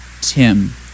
Tim